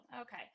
Okay